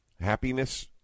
happiness